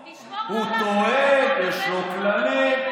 תשמור, הוא טועה, ויש לו כללים.